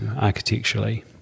architecturally